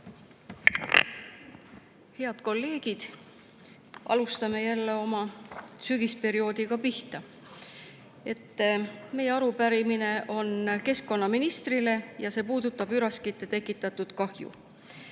Head kolleegid! Hakkame jälle sügisperioodiga pihta. Meie arupärimine on keskkonnaministrile ja see puudutab üraskite tekitatud kahju.